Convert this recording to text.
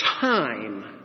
time